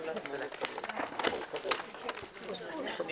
הישיבה ננעלה בשעה 13:01.